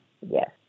Yes